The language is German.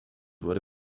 wurde